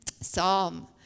Psalm